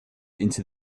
into